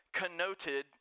connoted